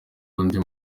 undi